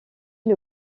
que